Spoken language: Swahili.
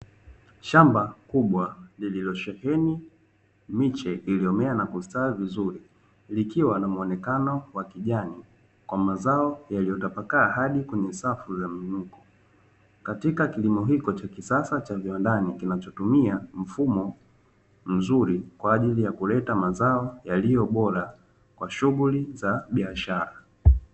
Shamba kubwa lililosheheni miche iliyomea na kustawi vizuri likiwa na muonekano wa kijani kwa mazao, yaliyotapakaa hadi kwenye safu na katika kilimo hicho cha kisasa kinachotumia mfumo mzuri kwa ajili ya kuleta mazao yaliyo bora kwa shughuli za biashara.